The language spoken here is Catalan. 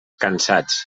cansats